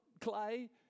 clay